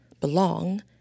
belong